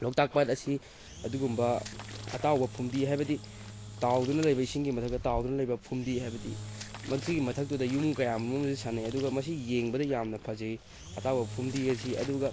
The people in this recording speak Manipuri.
ꯂꯣꯛꯇꯥꯛ ꯄꯥꯠ ꯑꯁꯤ ꯑꯗꯨꯒꯨꯝꯕ ꯑꯇꯥꯎꯕ ꯐꯨꯝꯗꯤ ꯍꯥꯏꯕꯗꯤ ꯇꯥꯎꯗꯨꯅ ꯂꯩꯕ ꯏꯁꯤꯡꯒꯤ ꯃꯊꯛꯇ ꯇꯥꯎꯗꯨꯅ ꯂꯩꯕ ꯐꯨꯝꯗꯤ ꯍꯥꯏꯕꯗꯤ ꯃꯗꯨꯒꯤ ꯃꯊꯛꯇꯨꯗ ꯌꯨꯝ ꯀꯌꯥ ꯃꯔꯨꯝ ꯑꯃꯁꯨ ꯁꯥꯅꯩ ꯑꯗꯨꯒ ꯃꯁꯤ ꯌꯦꯡꯕꯗ ꯌꯥꯝꯅ ꯐꯖꯩ ꯑꯇꯥꯎꯕ ꯐꯨꯝꯗꯤ ꯑꯁꯤ ꯑꯗꯨꯒ